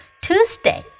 Tuesday